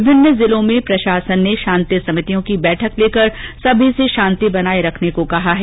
विभिन्न जिलों में प्रशासन ने शांति समितियों की बैठक लेकर सभी से शांति बनाए रखने को कहा है